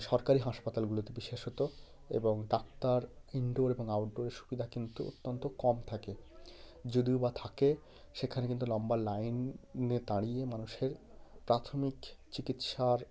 সরকারি হাসপাতালগুলোতে বিশেষত এবং ডাক্তার ইনডোর এবং আউটডোরের সুবিধা কিন্তু অত্যন্ত কম থাকে যদিও বা থাকে সেখানে কিন্তু লম্বা লাইনে দাঁড়িয়ে মানুষের প্রাথমিক চিকিৎসার